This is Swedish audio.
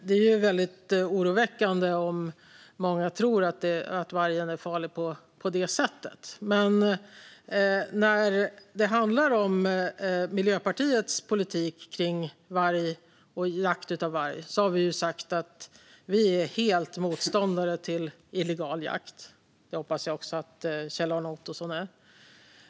Det är väldigt oroväckande om många tror att vargen är farlig på det sättet. När det handlar om Miljöpartiets politik om varg och jakt på varg har vi sagt att vi helt är motståndare till illegal jakt. Det hoppas jag att också Kjell-Arne Ottosson är.